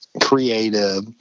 creative